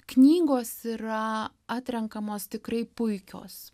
knygos yra atrenkamos tikrai puikios